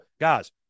guys